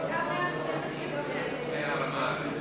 כהן לסעיף 23, משרד הרווחה